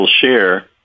share